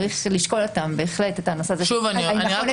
הילדים